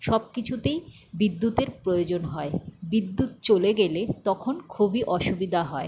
সব কিছুতেই বিদ্যুতের প্রয়োজন হয় বিদ্যুৎ চলে গেলে তখন খুবই অসুবিধা হয়